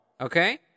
Okay